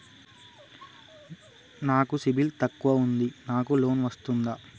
నాకు సిబిల్ తక్కువ ఉంది నాకు లోన్ వస్తుందా?